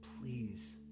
Please